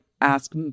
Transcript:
ask